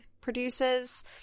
produces